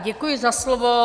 Děkuji za slovo.